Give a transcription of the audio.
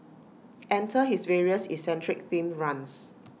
enter his various eccentric themed runs